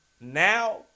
now